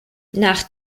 nach